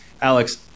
alex